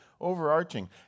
overarching